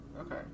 Okay